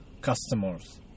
customers